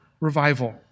revival